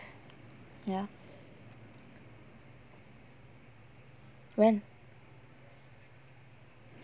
ya when